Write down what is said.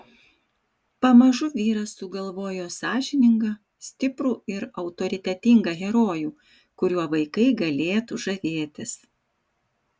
pamažu vyras sugalvojo sąžiningą stiprų ir autoritetingą herojų kuriuo vaikai galėtų žavėtis